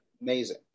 amazing